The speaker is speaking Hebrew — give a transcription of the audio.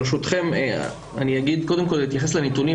ברשותכם אני קודם כל אתייחס לנתונים,